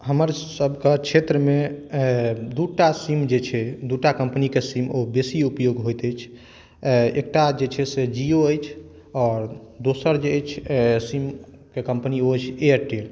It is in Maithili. हमर सबके क्षेत्र मे दू टा सीम जे छै दूटा कम्पनीके सीम ओ बेसी उपयोग होइत अछि एकटा जे छै से जियो अछि आओर दोसर जे अछि सीम के कम्पनी ओ अछि एयरटेल